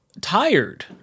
tired